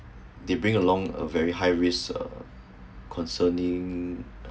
they bring along a very high risk of uh concerning